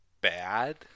bad